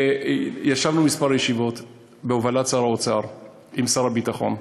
ישבנו בכמה ישיבות בהובלת שר האוצר עם שר הביטחון.